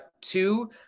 Two